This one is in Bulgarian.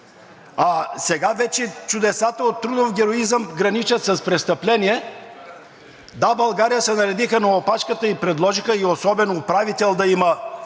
сега вече чудесата от трудов героизъм граничат с престъпление, „Да, България“ се наредиха на опашката, предложиха и особен управител да има